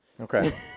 Okay